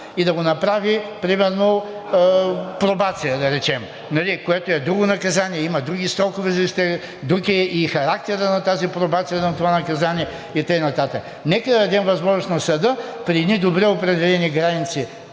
и да го направи например пробация, да кажем, което е друго наказание, има други срокове, друг е и характерът на тази пробация на това наказание и така нататък. Нека да дадем възможност на съда при едни добре определени граници